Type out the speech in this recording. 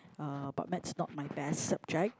uh but Maths not my best subject